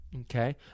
Okay